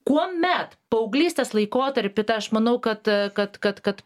kuomet paauglystės laikotarpy tai aš manau kad kad kad kad